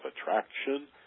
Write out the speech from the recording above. attraction